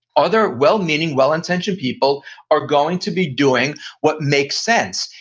other well meaning, well intentioned people are going to be doing what makes sense.